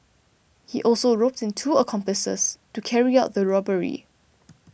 he also roped in two accomplices to carry out the robbery